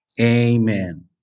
Amen